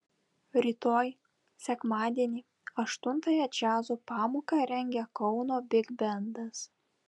rytoj sekmadienį aštuntąją džiazo pamoką rengia kauno bigbendas